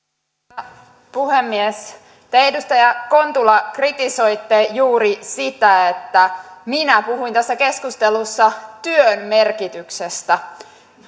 arvoisa puhemies te edustaja kontula kritisoitte juuri sitä että minä puhuin tässä keskustelussa työn merkityksestä